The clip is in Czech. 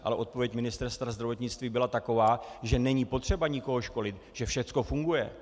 Ale odpověď Ministerstva zdravotnictví byla taková, že není potřeba nikoho školit, že všechno funguje.